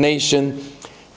nation